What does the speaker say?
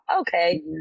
okay